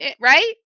right